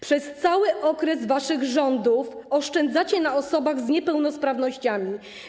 Przez cały okres waszych rządów oszczędzacie na osobach z niepełnosprawnościami.